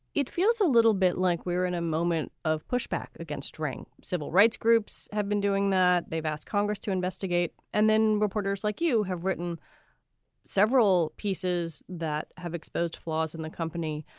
it feels a little bit like we're in a moment of pushback against ring. civil rights groups have been doing that. they've asked congress to investigate. investigate. and then reporters like you have written several pieces that have exposed flaws in the company.